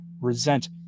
resent